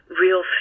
Real